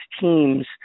teams